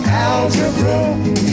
algebra